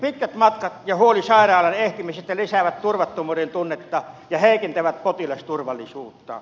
pitkät matkat ja huoli sairaalaan ehtimisestä lisäävät turvattomuuden tunnetta ja heikentävät potilasturvallisuutta